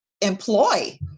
employ